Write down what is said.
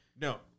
No